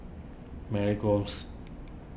Mary Gomes